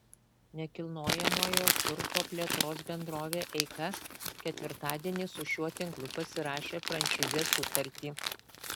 nekilnojamojo turto plėtros bendrovė eika ketvirtadienį su šiuo tinklu pasirašė franšizės sutartį